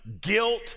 guilt